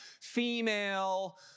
female